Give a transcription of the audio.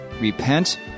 Repent